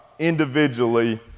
individually